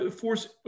force